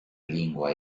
lingua